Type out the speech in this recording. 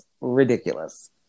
ridiculous